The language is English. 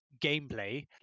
gameplay